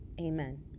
amen